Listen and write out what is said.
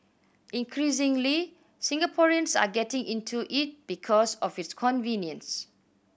increasingly Singaporeans are getting into it because of its convenience